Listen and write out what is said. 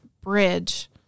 bridge